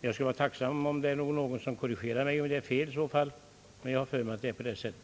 Jag skulle vara tacksam om någon korrigerade mig om jag har fel, men jag har för mig att det är på det sättet.